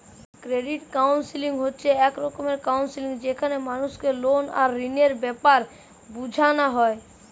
credit counselling হচ্ছে এক রকমের কাউন্সেলিং যেখানে মানুষকে লোন আর ঋণের বেপারে বুঝানা হয়